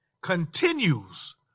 continues